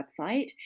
website